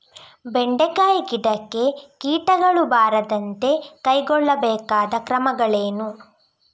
ಬೆಂಡೆಕಾಯಿ ಗಿಡಕ್ಕೆ ಕೀಟಗಳು ಬಾರದಂತೆ ಕೈಗೊಳ್ಳಬೇಕಾದ ಕ್ರಮಗಳೇನು?